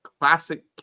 classic